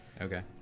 okay